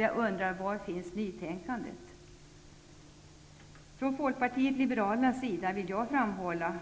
Jag undrar: Var finns nytänkandet? Jag vill framhålla